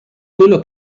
quello